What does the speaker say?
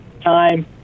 time